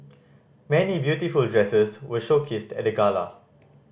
many beautiful dresses were showcased at the gala